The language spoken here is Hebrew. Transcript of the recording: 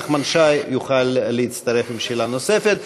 נחמן שי יוכל להצטרף עם שאלה נוספת,